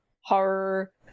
horror